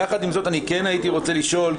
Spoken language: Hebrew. יחד עם זאת כן הייתי רוצה לשאול,